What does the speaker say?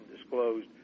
disclosed